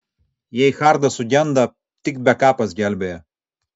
jei hardas sugenda tik bekapas gelbėja